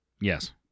Yes